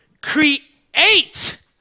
create